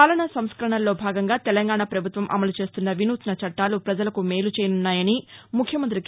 పాలనా సంస్కరణల్లో భాగంగా తెలంగాణ ప్రభుత్వం అమలు చేస్తున్న విసూత్న చట్టాలు ప్రజలకు మేలు చేయనున్నాయని ముఖ్యమంతి కే